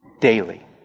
daily